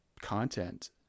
content